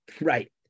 Right